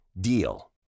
DEAL